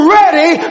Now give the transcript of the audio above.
ready